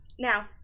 now